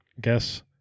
guess